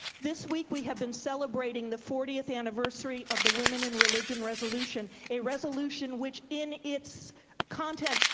this week we have been celebrating the fortieth anniversary of the women in religion resolution, a resolution which, in its content,